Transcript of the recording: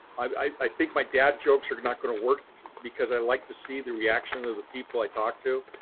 i think my dad jokes are not going to work because i like to see the reaction of the people i talked to.